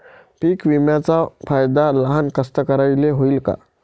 पीक विम्याचा फायदा लहान कास्तकाराइले होईन का?